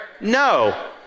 No